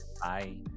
Bye